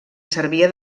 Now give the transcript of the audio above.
servia